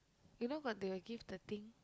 you know got the give the thing